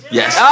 yes